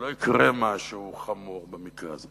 שלא יקרה משהו חמור במקרה.